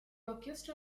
orchestra